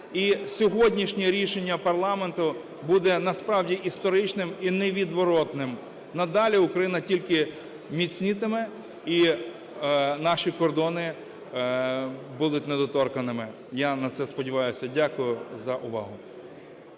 І сьогоднішнє рішення парламенту буде насправді історичним і невідворотним. Надалі Україна тільки міцнітиме і наші кордони будуть недоторканними, я на це сподіваюся. Дякую за увагу.